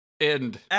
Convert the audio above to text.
End